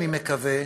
אני מקווה,